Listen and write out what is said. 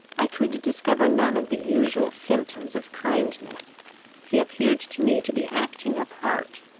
i could discover none of the usual symptoms of kindness he appeared to me to be acting a part,